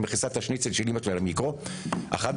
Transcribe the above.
ומכניסה את השניצל שלי למיקרו ב-13:00.